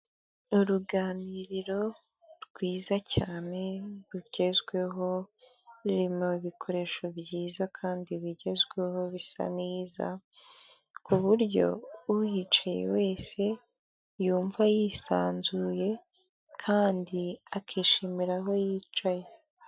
Uruganiriro rwiza cyane rugezweho, rurimo ibikoresho byiza kandi bigezweho bisa neza, ku buryo uhicaye wese yumva yisanzuye kandi akishimira aho yicaye.